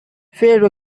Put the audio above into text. fair